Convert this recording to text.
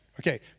Okay